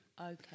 Okay